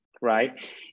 right